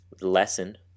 lesson